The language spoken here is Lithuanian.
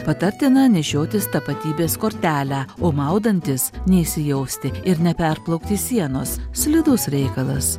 patartina nešiotis tapatybės kortelę o maudantis neįsijausti ir neperplaukti sienos slidus reikalas